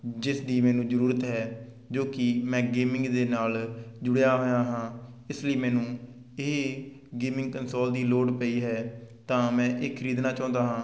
ਜਿਸ ਦੀ ਮੈਨੂੰ ਜ਼ਰੂਰਤ ਹੈ ਜੋ ਕਿ ਮੈਂ ਗੇਮਿੰਗ ਦੇ ਨਾਲ ਜੁੜਿਆ ਹੋਇਆ ਹਾਂ ਇਸ ਲਈ ਮੈਨੂੰ ਇਹ ਗੇਮਿੰਗ ਕੰਸੋਲ ਦੀ ਲੋੜ ਪਈ ਹੈ ਤਾਂ ਮੈਂ ਇਹ ਖਰੀਦਣਾ ਚਾਹੁੰਦਾ ਹਾਂ